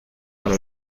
para